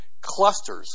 clusters